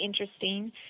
interesting